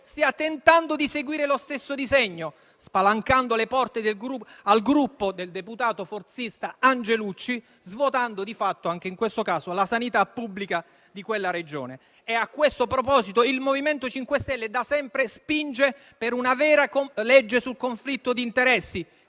stia tentando di seguire lo stesso disegno spalancando le porte al gruppo del deputato forzista Angelucci, svuotando di fatto anche in questo caso la sanità pubblica di quella Regione. A questo proposito, il MoVimento 5 Stelle da sempre spinge per una vera legge sul conflitto di interessi,